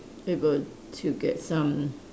able to get some